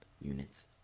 units